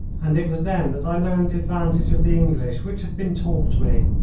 and it was then that i learned the advantage of the english which had been taught me.